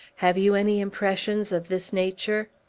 have you any impressions of this nature?